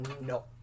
No